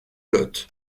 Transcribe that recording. lot